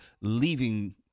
leaving